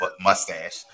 mustache